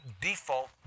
default